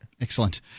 Excellent